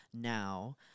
now